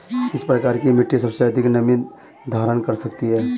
किस प्रकार की मिट्टी सबसे अधिक नमी धारण कर सकती है?